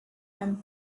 and